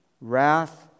wrath